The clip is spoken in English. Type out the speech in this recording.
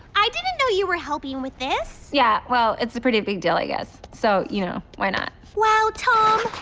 i didn't know you were helping with this. yeah, well, it's a pretty big deal, i guess. so, you know, why not? wow, tom!